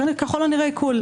ככל הנראה עיקול.